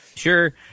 Sure